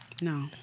No